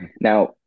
now